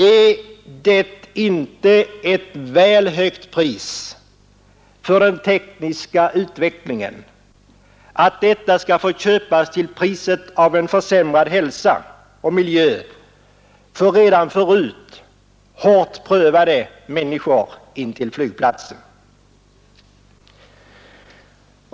Är det inte ett väl högt pris att betala för den tekniska utvecklingen om den skall köpas till priset av en försämrad hälsa och miljö för redan förut hårt prövade människor intill flygplatsen?